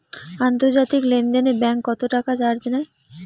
আন্তর্জাতিক লেনদেনে ব্যাংক কত টাকা চার্জ নেয়?